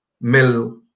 Mill